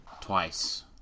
twice